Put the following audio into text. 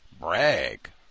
brag